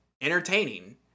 entertaining